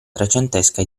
trecentesca